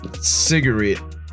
cigarette